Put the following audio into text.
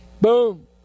Boom